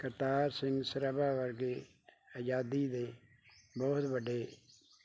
ਕਰਤਾਰ ਸਿੰਘ ਸਰਾਭਾ ਵਰਗੇ ਆਜ਼ਾਦੀ ਦੇ ਬਹੁਤ ਵੱਡੇ